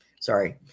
Sorry